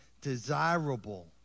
desirable